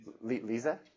Lisa